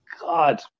God